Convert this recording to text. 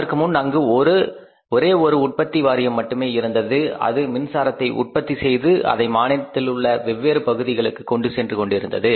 அதற்கு முன் அங்கு ஒரு ஒரே உற்பத்தி வாரியம் மட்டுமே இருந்தது அது மின்சாரத்தை உற்பத்தி செய்து அதை மாநிலத்திலுள்ள வெவ்வேறு பகுதிகளுக்கு கொண்டு சென்று கொண்டிருந்தது